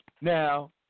Now